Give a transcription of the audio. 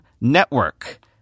network